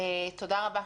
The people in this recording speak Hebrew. תודה רבה.